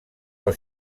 del